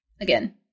again